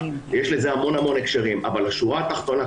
יש לזה המון הקשרים אבל בשורה התחתונה,